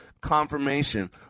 confirmation